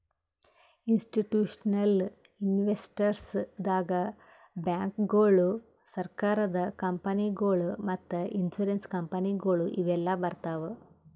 institutional investors ದಾಗ್ ಬ್ಯಾಂಕ್ಗೋಳು, ಸರಕಾರದ ಕಂಪನಿಗೊಳು ಮತ್ತ್ ಇನ್ಸೂರೆನ್ಸ್ ಕಂಪನಿಗೊಳು ಇವೆಲ್ಲಾ ಬರ್ತವ್